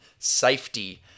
safety